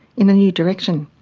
in a new direction.